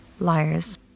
liars